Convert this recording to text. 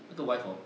那个 wife hor